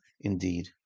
indeed